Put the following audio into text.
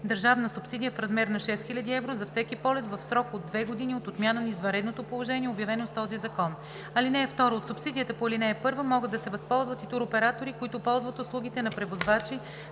държавна субсидия в размер на 6 000 евро за всеки полет, в срок от две години от отмяна на извънредното положение, обявено с този закон. (2) От субсидия по ал. 1 могат да се възползват и туроператори, които ползват услугите на превозвачи